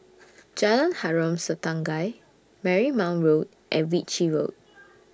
Jalan Harom Setangkai Marymount Road and Ritchie Road